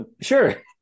Sure